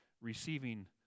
receiving